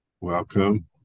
welcome